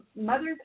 mothers